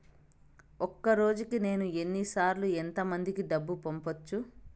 ఒక రోజుకి నేను ఎన్ని సార్లు ఎంత మందికి డబ్బులు పంపొచ్చు?